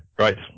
Right